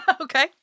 Okay